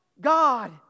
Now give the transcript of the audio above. God